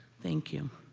thank you.